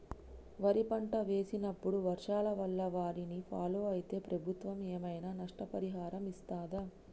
వరి పంట వేసినప్పుడు వర్షాల వల్ల వారిని ఫాలో అయితే ప్రభుత్వం ఏమైనా నష్టపరిహారం ఇస్తదా?